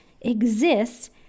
exists